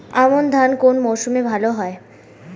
আমন ধান কোন মরশুমে ভাল হয়?